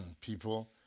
People